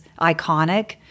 iconic